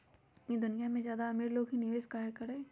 ई दुनिया में ज्यादा अमीर लोग ही निवेस काहे करई?